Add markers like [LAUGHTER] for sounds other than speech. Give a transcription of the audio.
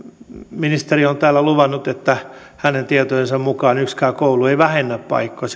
ministeri on täällä luvannut että hänen tietojensa mukaan yksikään koulu ei vähennä paikkoja [UNINTELLIGIBLE]